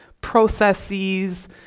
processes